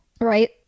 Right